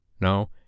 No